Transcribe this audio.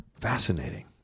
Fascinating